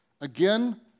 Again